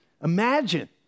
Imagine